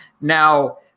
Now